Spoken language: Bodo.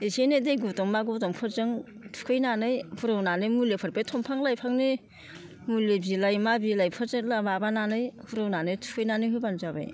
इसे इनै दै गुदुं मा गुदुंफोरजों थुखैनानै रुंनानै मुलिफोर बे दंफां लाइफांनि मुलि बिलाइ मा बिलाइफोरजों माबानानै रुनानै थुखैनानै होब्लानो जाबाय